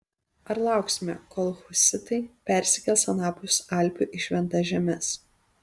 ar lauksime kol husitai persikels anapus alpių į šventas žemes